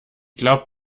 glaub